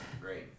great